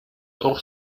auch